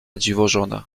dziwożona